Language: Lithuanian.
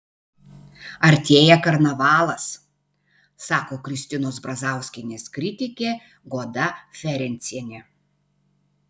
artėja karnavalas sako kristinos brazauskienės kritikė goda ferencienė